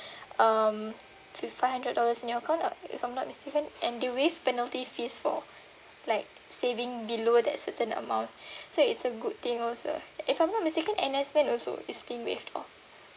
um fi~ five hundred dollars in your account ah if I'm not mistaken and they waive penalty fees for like saving below that certain amount so it's a good thing also if I'm not mistaken N_S men also is being waived off